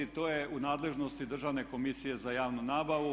To je u nadležnosti Državne komisije za javnu nabavu.